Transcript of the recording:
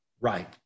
right